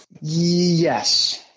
Yes